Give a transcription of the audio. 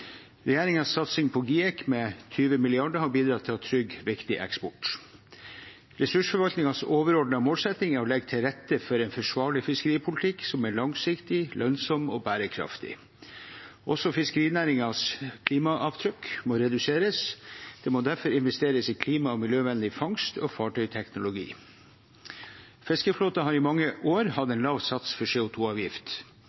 satsing på GIEK med 20 mrd. kr har bidratt til å trygge viktig eksport. Ressursforvaltningens overordnede målsetting er å legge til rette for en forsvarlig fiskeripolitikk, som er langsiktig, lønnsom og bærekraftig. Også fiskerinæringens klimaavtrykk må reduseres. Det må derfor investeres i klima- og miljøvennlig fangst og fartøyteknologi. Fiskeflåten har i mange år hatt